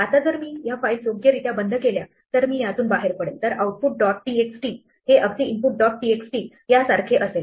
आता जर मी या फाइल्स योग्यरीत्या बंद केल्या तर मी यातून बाहेर पडेल तर output dot txt हे अगदी input dot txt यासारखे असेल